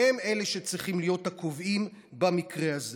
והם אלה שצריכים להיות הקובעים במקרה הזה.